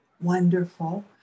wonderful